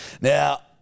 Now